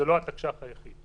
זה לא התקש"ח היחיד.